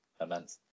immense